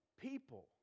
People